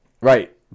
Right